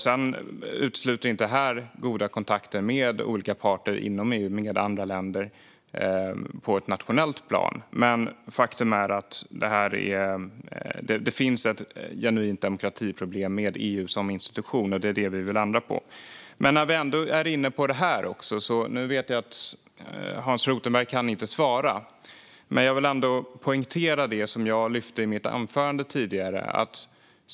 Det utesluter inte goda kontakter med olika parter inom EU och med andra länder på ett nationellt plan. Men faktum är att det finns ett genuint demokratiproblem med EU som institution. Det är det vi vill ändra på. Nu vet jag att Hans Rothenberg inte kan svara, men jag vill ändå poängtera det jag lyfte upp i mitt anförande.